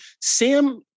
Sam